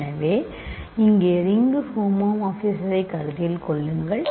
எனவே இங்கே ரிங்கு ஹோமோமார்பிஸத்தை கருத்தில் கொள்ளுங்கள்